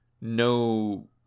no